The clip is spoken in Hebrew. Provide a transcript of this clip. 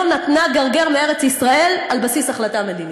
נתנה גרגר מארץ-ישראל על בסיס החלטה מדינית,